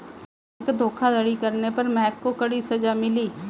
bank धोखाधड़ी करने पर महक को कड़ी सजा मिली